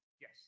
Yes